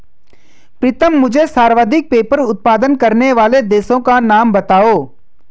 प्रीतम मुझे सर्वाधिक पेपर उत्पादन करने वाले देशों का नाम बताओ?